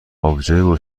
آبجو